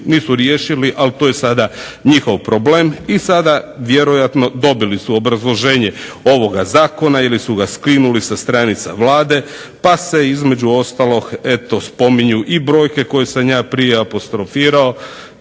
Nisu riješili, ali to je sada njihov problem. I sada vjerojatno dobili su obrazloženje ovoga zakona ili su ga skinuli sa stranica Vlade, pa se između ostalog eto spominju i brojke koje sam ja prije apostrofirao.